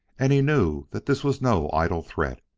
and he knew that this was no idle threat.